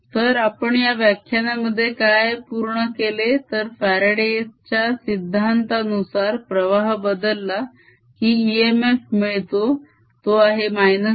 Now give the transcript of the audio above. तर आपण या व्याख्यानामध्ये काय पूर्ण केले तर फ्याराडे च्या सिद्धांतानुसार प्रवाह बदलला की इएमएफ मिळतो तो आहे -dφdt